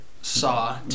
Saw